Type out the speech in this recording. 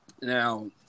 Now